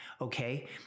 Okay